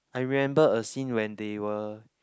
I remember a scene when they were